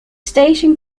station